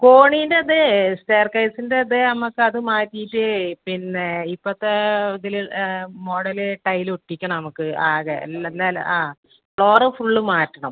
കോണീൻറേത് സ്റ്റെയർക്കേസിൻറേത് നമുക്ക് അത് മാറ്റിയിട്ട് പിന്നെ ഇപ്പോഴത്തെ ഇതിൽ മോഡൽ ടൈൽ ഒട്ടിക്കണം നമുക്ക് ആകെ എല്ലാം നിലം ആ ഫ്ലോർ ഫുൾ മാറ്റണം